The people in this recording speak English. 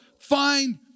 find